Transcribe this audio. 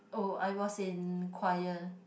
oh I was in choir